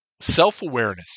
self-awareness